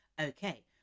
okay